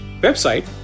website